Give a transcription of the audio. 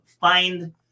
find